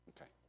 Okay